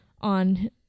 on